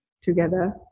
together